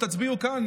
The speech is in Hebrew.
תצביעו כאן,